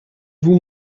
vous